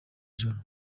ijoro